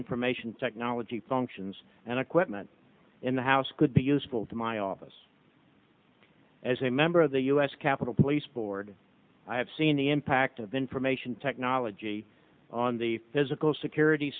permission technology functions and equipment in the house could be useful to my office as a member of the u s capitol police board i have seen the impact of information technology on the physical security